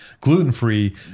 gluten-free